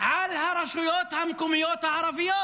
על הרשויות המקומיות הערביות,